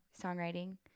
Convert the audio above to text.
songwriting